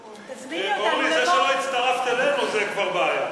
אורלי, זה שלא הצטרפת אלינו, זה כבר בעיה.